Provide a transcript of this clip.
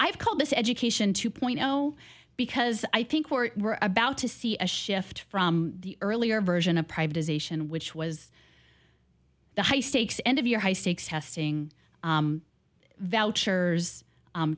i've called this education two point zero because i think we're about to see a shift from the earlier version of privatization which was the high stakes end of your high stakes testing vouchers